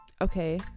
Okay